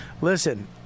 Listen